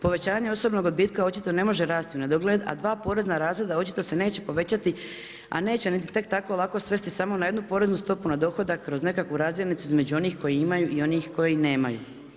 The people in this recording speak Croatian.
Povećanje osobnog odbitka očito ne može rasti u nedogled a 2 porezna razreda očito se neće povećati, a neće niti tek tako lako svesti na jednu poreznu stopu na dohodak, kroz nekakvu razinu između onih koji imaju i onih koji nemaju.